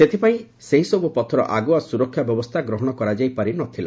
ସେଥିପାଇଁ ସେହିସବୁ ପଥର ଆଗୁଆ ସୁରକ୍ଷା ବ୍ୟବସ୍ଥା ଗ୍ରହଣ କରାଯାଇ ପାରିନଥିଲା